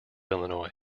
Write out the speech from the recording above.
illinois